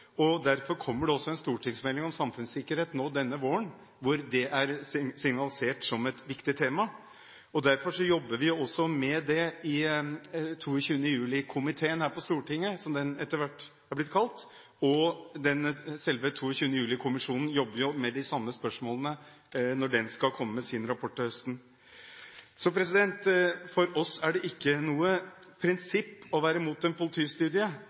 Derfor kommer det en stortingsmelding om samfunnssikkerhet denne våren, der det er signalisert som et viktig tema. Derfor jobber vi også med det i 22. juli-komiteen – som den etter hvert har blitt kalt – her på Stortinget. 22. juli-kommisjonen jobber med de samme spørsmålene, og den skal komme med sin rapport til høsten. For oss er det ikke noe prinsipp å være mot en politistudie.